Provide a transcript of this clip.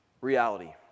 reality